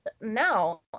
now